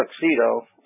tuxedo